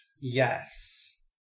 Yes